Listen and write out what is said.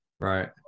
right